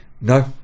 No